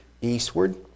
eastward